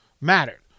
mattered